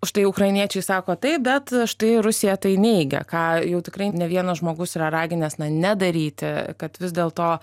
štai ukrainiečiai sako taip bet štai rusija tai neigia ką jau tikrai ne vienas žmogus yra raginęs nedaryti kad vis dėl to